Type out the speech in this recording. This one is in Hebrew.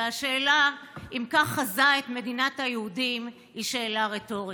והשאלה אם כך חזה את מדינת היהודים היא שאלה רטורית.